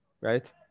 right